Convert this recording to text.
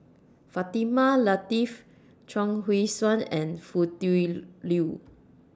Fatimah Lateef Chuang Hui Tsuan and Foo Tui Liew